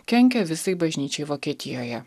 kenkia visai bažnyčiai vokietijoje